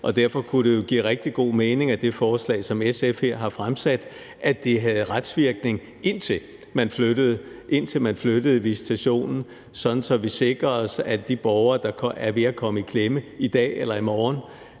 Derfor kunne det jo give rigtig god mening, at det forslag, som SF her har fremsat, fik retsvirkning, indtil man flyttede visitationen, sådan at vi sikrede os, at de borgere, der er ved at komme i klemme i dag eller i morgen,